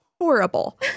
horrible